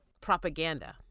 Propaganda